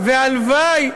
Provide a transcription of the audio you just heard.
והלוואי,